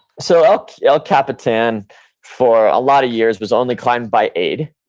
so el el capitan for a lot of years was only climbed by aid.